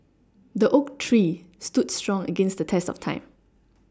the oak tree stood strong against the test of time